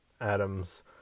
Adams